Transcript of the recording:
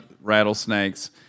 rattlesnakes